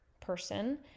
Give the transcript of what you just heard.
person